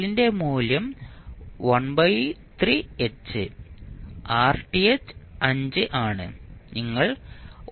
L ന്റെ മൂല്യം 13 H Rth 5 ആണ്